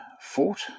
fort